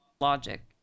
logic